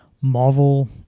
Marvel